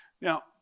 Now